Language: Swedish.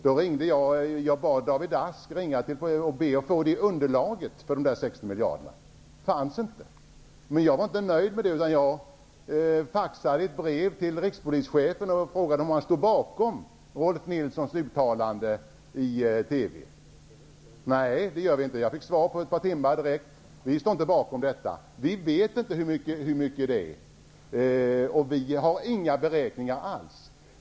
Då bad jag David Ask att ringa och be att få underlaget för de 60 miljarderna. Det fanns inte. Men jag var inte nöjd med det. Jag faxade ett brev till rikspolischefen och frågade om han stod bakom Rolf Nilssons uttalande i TV. Jag fick svar inom ett par timmar. Nej, det gör vi inte, vi står inte bakom detta. Vi vet inte hur mycket det är. Vi har inga beräkningar alls.